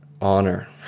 honor